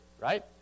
right